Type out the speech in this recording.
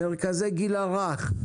מרכזי גיל הרך,